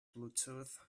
bluetooth